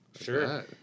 Sure